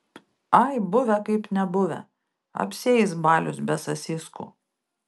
ai buvę kaip nebuvę apsieis balius be sasiskų